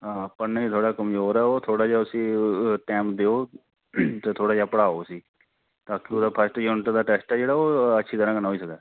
आं पढ़ने गी ओह् कमज़ोर ऐ ते उसी पढ़ने ई थोह्ड़ा जेहा टैम देओ कते थोह्ड़ा जेहा पढ़ाओ उसी ते थुआढ़ा फर्स्ट यूनिट दा टेस्ट ऐ ओह् अच्छी तरह कन्नै होई सकदा